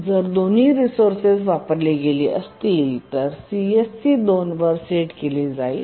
जर दोन्ही रिसोर्सेस वापरली गेली असतील तर CSC 2 वर सेट केली जाईल